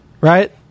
right